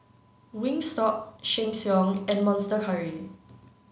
Wingstop Sheng Siong and Monster Curry